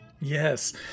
Yes